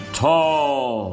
tall